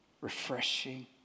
Refreshing